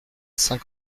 saint